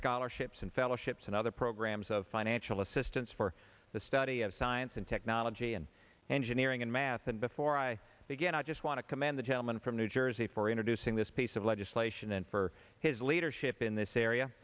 scholarships and fellowships and other programs of financial assistance for the study of science and technology and engineering and math and before i begin i just want to commend the gentleman from new jersey for introducing this piece of legislation and for his leadership in this area